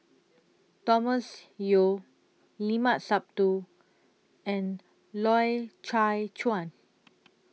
Thomas Yeo Limat Sabtu and Loy Chye Chuan